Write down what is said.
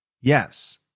yes